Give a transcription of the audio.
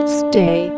stay